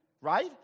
Right